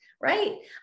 right